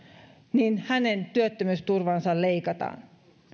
niin hänen työttömyysturvaansa leikataan